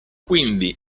quindi